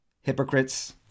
hypocrites